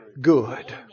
good